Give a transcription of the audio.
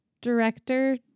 director